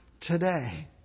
today